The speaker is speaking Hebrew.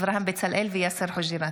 אברהם בצלאל ויאסר חוג'יראת